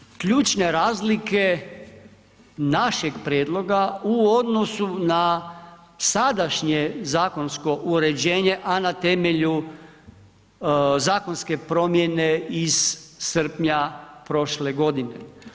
To su dakle, ključne razlike našeg prijedloga u odnosu na sadašnje zakonsko uređenje, a na temelju zakonske promjene iz srpnja prošle godine.